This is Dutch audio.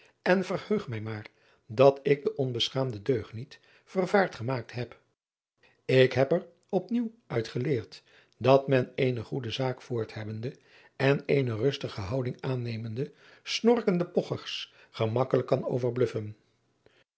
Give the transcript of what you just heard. en verheug mij maar dat ik den onbeschaamden deugniet driaan oosjes zn et leven van aurits ijnslager vervaard gemaakt heb k heb er op nieuw uit geleerd dat men eene goede zaak voorhebbende en eene rustige houding aannemende snorkende pogchers gemakkelijk kan overbluffen